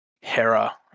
Hera